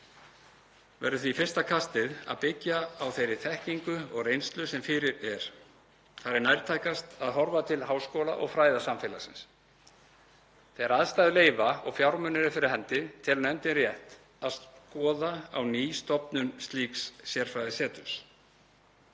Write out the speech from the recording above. Verður því fyrsta kastið að byggja á þeirri þekkingu og reynslu sem fyrir er. Þar er nærtækast að horfa til háskóla- og fræðasamfélagsins. Þegar aðstæður leyfa og fjármunir eru fyrir hendi telur nefndin rétt að skoða á ný stofnun slíks sérfræðiseturs.“